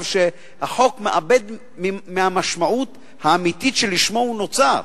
שהחוק מאבד מהמשמעות האמיתית שלשמה הוא נוצר.